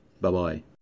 Bye-bye